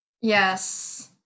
Yes